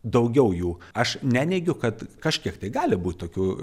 daugiau jų aš neneigiu kad kažkiek tai gali būt tokių